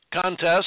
Contest